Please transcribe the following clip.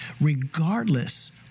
regardless